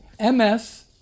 MS